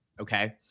okay